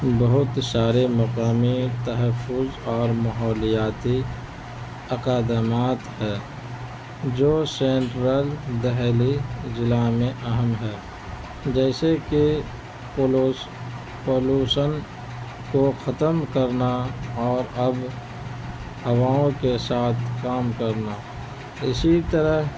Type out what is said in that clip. بہت سارے مقامی تحفظ اور ماحولیاتی اقادمات ہے جو سینٹرل دہلی ضلع میں اہم ہے جیسے کہ پولیوشن کو ختم کرنا اور اب ہواؤں کے ساتھ کام کرنا اسی طرح